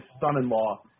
son-in-law